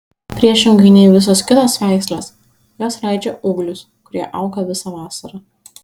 priešingai nei visos kitos veislės jos leidžia ūglius kurie auga visą vasarą